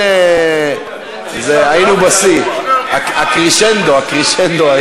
היינו בשיא הקרשנדו.